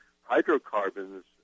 Hydrocarbons